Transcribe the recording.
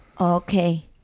Okay